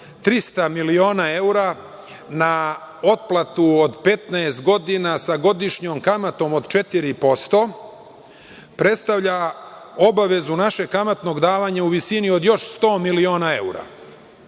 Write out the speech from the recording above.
300 miliona evra na otplatu od 15 godina sa godišnjom kamatom od 4% predstavlja obavezu našeg kamatnog davanja u visini od još 100 miliona evra.